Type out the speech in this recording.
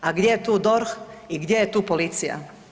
A gdje je tu DORH i gdje je tu policija?